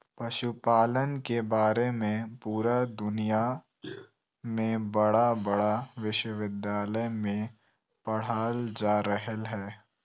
पशुपालन के बारे में पुरा दुनया में बड़ा बड़ा विश्विद्यालय में पढ़ाल जा रहले हइ